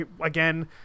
Again